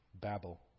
Babel